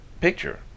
picture